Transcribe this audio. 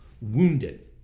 wounded